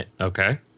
Okay